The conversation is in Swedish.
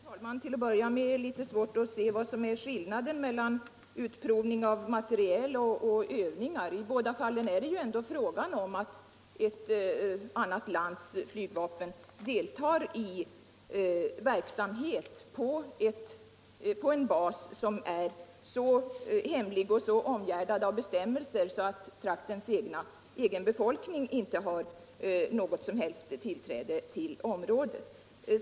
Herr talman! Till att börja med vill jag säga att jag har litet svårt att se skillnaden mellan vad som är utprovning av materiel och vad som är övningar. I båda fallen är det ju ändå fråga om att ett annat lands flygvapen deltar i verksamhet på en bas i vårt land, som är så hemlig och så omgärdad av bestämmelser att traktens egen befolkning inte har något som helst ullträde ull området.